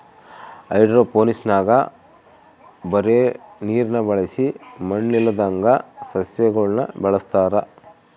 ಹೈಡ್ರೋಫೋನಿಕ್ಸ್ನಾಗ ಬರೇ ನೀರ್ನ ಬಳಸಿ ಮಣ್ಣಿಲ್ಲದಂಗ ಸಸ್ಯಗುಳನ ಬೆಳೆಸತಾರ